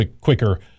quicker